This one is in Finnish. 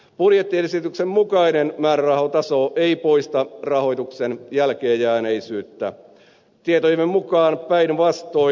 budjettiesityksen mukainen määrärahataso ei poista rahoituksen jälkeenjääneisyyttä tietojemme mukaan päinvastoin